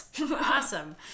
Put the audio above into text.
Awesome